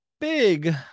big